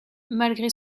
malgré